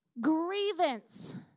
grievance